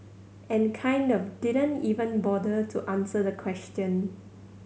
and kind of didn't even bother to answer the question